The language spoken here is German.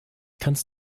kannst